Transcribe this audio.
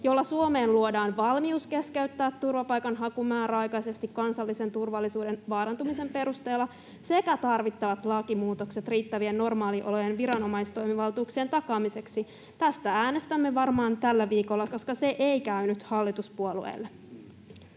jolla Suomeen luodaan valmius keskeyttää turvapaikanhaku määräaikaisesti kansallisen turvallisuuden vaarantumisen perusteella sekä tarvittavat lakimuutokset riittävien normaaliolojen viranomaistoimivaltuuksien takaamiseksi. Tästä äänestämme varmaan tällä viikolla, koska se ei käynyt hallituspuolueille.